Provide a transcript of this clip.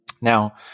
Now